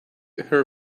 her